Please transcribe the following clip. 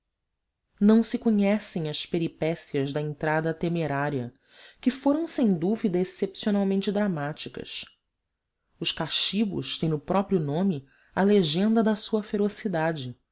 não se conhecem as peripécias da entrada temerária que foram sem dúvida excepcionalmente dramáticas os caxibos têm no próprio nome a legenda da sua ferocidade